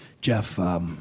Jeff